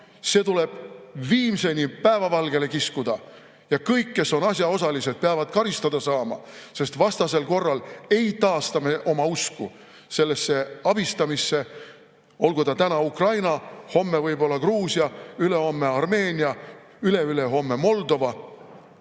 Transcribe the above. see tuleb viimseni päevavalgele kiskuda ja kõik, kes on asjaosalised, peavad karistada saama, sest vastasel korral ei taasta me oma usku sellesse abistamisse, olgu ta täna Ukraina, homme võib‑olla Gruusia, ülehomme Armeenia, üleülehomme Moldova.